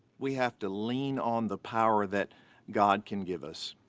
we have to lean on the power that god can give us.